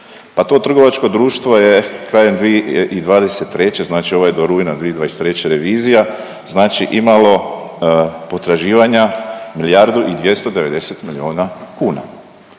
Pa to trgovačko društvo je krajem 2023., znači ovo je do rujna 2023. revizija, znači imalo potraživanja milijardu i 290 milijuna kuna.